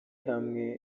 hamwe